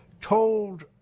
told